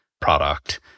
product